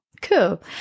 cool